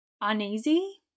uneasy